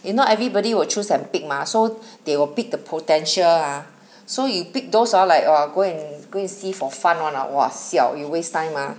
if not everybody will choose and pick mah so they will pick the potential ah so you pick those are like !wah! go and go and see for fun one ah !wah! siao you waste time lah